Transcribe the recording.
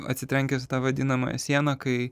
atsitrenkęs į tą vadinamąją sieną kai